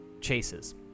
chases